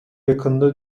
yakında